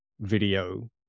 video